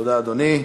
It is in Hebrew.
תודה, אדוני.